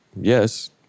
yes